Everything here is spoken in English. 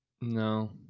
No